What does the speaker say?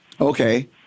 Okay